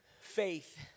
faith